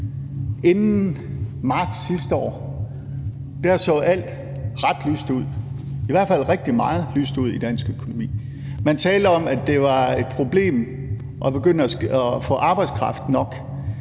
Inden marts sidste år så alt ret lyst ud – i hvert fald så rigtig meget lyst ud i dansk økonomi. Man talte om, at det var et problem i forhold til at begynde at få arbejdskraft nok.